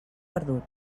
perdut